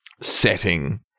setting